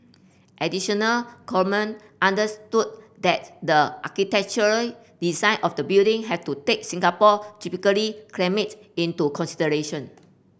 additional Coleman understood that the architectural design of the building had to take Singapore tropical climate into consideration